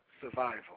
survival